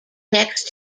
next